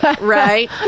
right